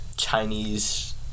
Chinese